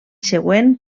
següent